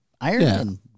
Iron